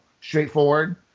straightforward